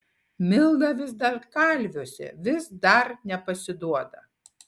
milda vis dar kalviuose vis dar nepasiduoda